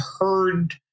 heard